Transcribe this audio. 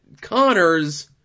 Connors